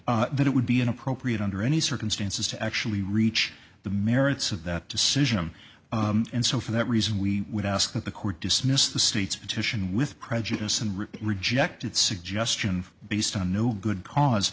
that it would be inappropriate under any circumstances to actually reach the merits of that decision and so for that reason we would ask that the court dismiss the state's petition with prejudice and rejected suggestion based on no good cause